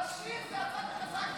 לשיר זה הצד החזק